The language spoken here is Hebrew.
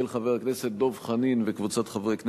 של חבר הכנסת דב חנין וקבוצת חברי הכנסת.